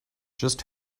just